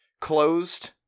closed